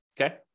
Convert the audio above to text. okay